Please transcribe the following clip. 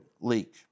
leak